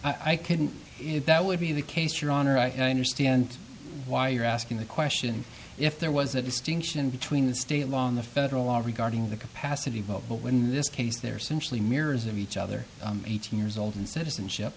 i couldn't if that would be the case your honor i understand why you're asking the question if there was a distinction between the state law on the federal law regarding the capacity vote but when this case there simply mirrors of each other eighteen years old and citizenship